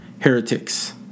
heretics